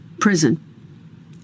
prison